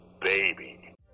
baby